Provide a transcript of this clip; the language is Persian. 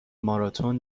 ماراتن